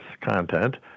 content